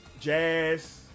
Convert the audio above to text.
Jazz